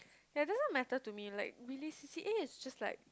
ya it doesn't matter to me like really C_C_A is just like